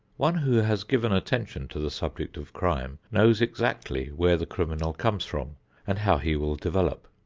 one who has given attention to the subject of crime knows exactly where the criminal comes from and how he will develop.